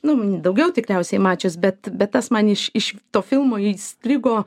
nu daugiau tikriausiai mačius bet bet tas man iš iš to filmo įstrigo